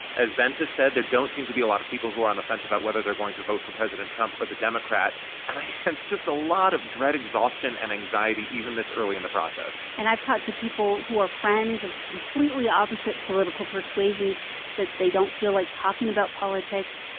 as bente said, there don't seem to be a lot of people who are on the fence about whether they're going to vote for president trump or the democrat. and i sense just a lot of dread, exhaustion and anxiety even this early in the process and i've talked to people who are friends of completely opposite political persuasions. they said they don't feel like talking about politics.